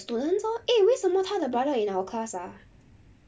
the students lor eh 为什么他的 brother in our class ah